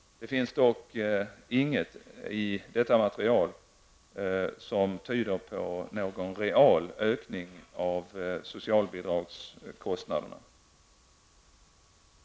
Det finns dock inget i detta material som tyder på någon real ökning av socialbidragskostnaderna.